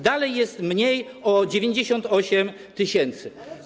Dalej jest mniej o 98 tys.